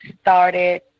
started